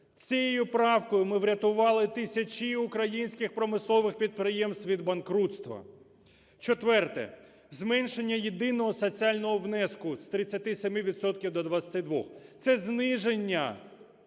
Цією правкою ми врятували тисячі українських промислових підприємств від банкрутства. Четверте. Зменшення єдиного соціального внеску з 37 відсотків до 22-х, це зниження